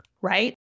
right